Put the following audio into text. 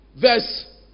verse